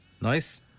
nice